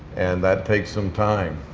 and that takes some time,